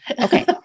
Okay